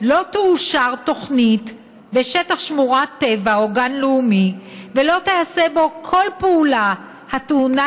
תאושר תוכנית בשטח שמורת טבע או גן לאומי ולא תיעשה בו כל פעולה הטעונה